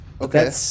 Okay